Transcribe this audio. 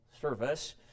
service